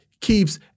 keeps